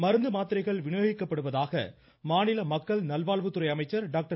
மருந்துமாத்திரைகள் விநியோகிக்கப்படுவதாக மாநில மக்கள் நல்வாழ்வுத்துறை அமைச்சர் டாக்டர்